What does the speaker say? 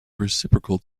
reciprocal